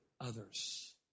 others